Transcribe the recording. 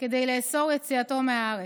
כדי לאסור את יציאתו מהארץ.